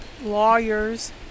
lawyers